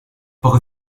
poco